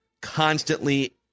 constantly